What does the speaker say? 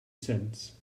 cents